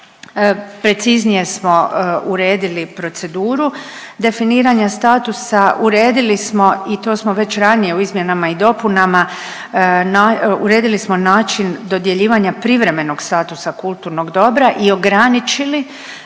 preciznije smo uredili proceduru definiranja statusa, uredili smo i to smo već ranije u izmjenama i dopunama uredili smo način dodjeljivanja privremenog statusa kulturnog dobra i ograničili